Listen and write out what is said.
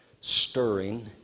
stirring